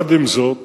עם זאת,